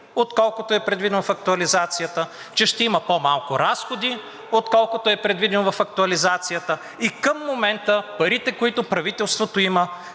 отколкото е предвидено в актуализацията, че ще има по-малко разходи, отколкото е предвидено в актуализацията, и към момента парите, които правителството има